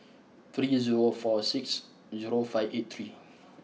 three zero four six zero five eight three